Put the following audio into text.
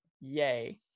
yay